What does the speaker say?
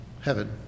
Heaven